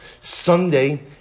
Sunday